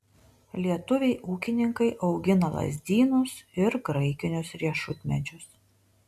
lietuviai ūkininkai augina lazdynus ir graikinius riešutmedžius